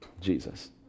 Jesus